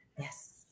Yes